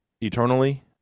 eternally